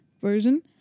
version